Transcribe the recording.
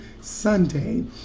Sunday